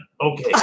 okay